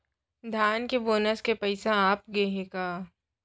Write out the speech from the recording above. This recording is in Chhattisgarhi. धान के बोनस के पइसा आप गे हे का?